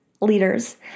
leaders